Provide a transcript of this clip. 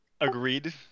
Agreed